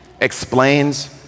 explains